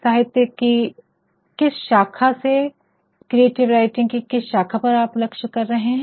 साहित्य कि किस शाखा से क्रिएटिव राइटिंग कि किस शाखा पर आप लक्ष्य कर रहे है